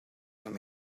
young